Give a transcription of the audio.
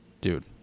dude